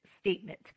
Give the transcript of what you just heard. statement